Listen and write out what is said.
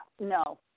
No